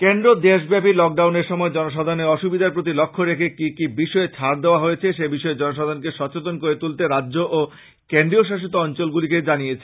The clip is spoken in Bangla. কেন্দ্র দেশব্যাপী লকডাউনের সময় জনসাধারণের অসুবিধার প্রতি লক্ষ্য রেখে কি কি বিষয়ে ছাড় দেওয়া হয়েছে সেবিষয়ে জনসাধারণকে সচেতন করে তুলতে রাজ্য ও কেন্দ্র শাসিত অঞ্চলগুলিকে নির্দেশ দিয়েছে